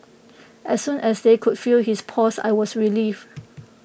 as soon as they could feel his pulse I was relieved